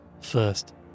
First